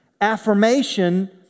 affirmation